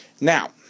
now